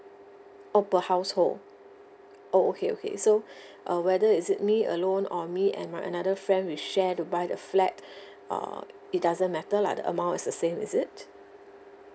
oh per household oh okay okay so uh whether is it me alone or me and my another friend we share to buy the flat uh it doesn't matter lah the amount is the same is it